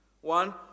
one